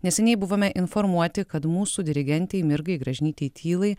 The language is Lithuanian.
neseniai buvome informuoti kad mūsų dirigentei mirgai gražinyteitylai